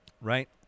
Right